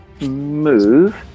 move